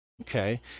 Okay